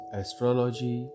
astrology